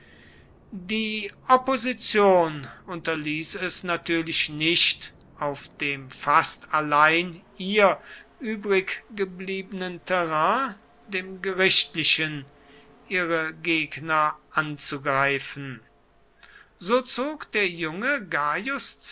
die opposition unterließ es natürlich nicht auf dem fast allein ihr übriggebliebenen terrain dem gerichtlichen ihre gegner anzugreifen so zog der junge